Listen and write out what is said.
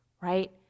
right